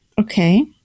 Okay